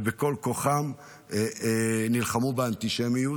ובכל כוחם נלחמו באנטישמיות.